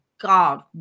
God